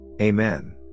Amen